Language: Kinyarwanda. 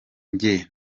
njye